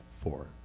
four